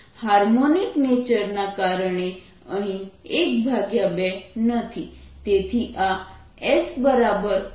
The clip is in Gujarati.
હાર્મોનિક નેચર ના કારણે અહીં 12 નથી તેથી આ Sq2a21620c3 છે